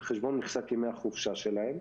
על חשבון מכסת ימי החופשה שלו,